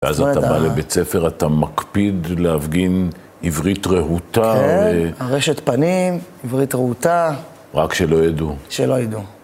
ואז אתה בא לבית הספר, אתה מקפיד להפגין עברית רהוטה. כן, ארשת פנים, עברית רהוטה. רק שלא ידעו. שלא ידעו.